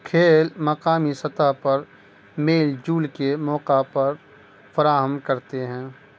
کھیل مقامی سطح پر میل جھل کے موقع پر فراہم کرتے ہیں